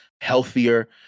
healthier